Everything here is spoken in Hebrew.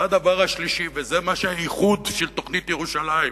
הדבר השלישי, וזה הייחוד של תוכנית ירושלים,